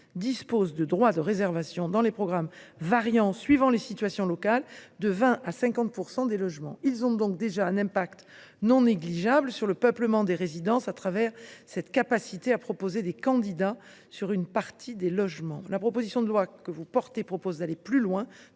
disposent de droits de réservation dans les programmes… Mais non !… représentant, suivant les situations locales, de 20 % à 50 % des logements. Ils ont donc déjà un impact non négligeable sur le peuplement des résidences au travers de leur capacité à proposer des candidats pour une partie des logements. La proposition de loi que vous portez vise à octroyer plus de